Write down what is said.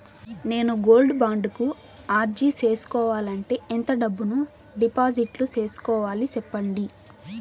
నేను gold bond కు అర్జీ సేసుకోవాలంటే ఎంత డబ్బును డిపాజిట్లు సేసుకోవాలి సెప్పండి